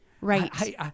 right